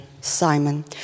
Simon